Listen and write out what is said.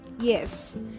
yes